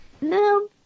no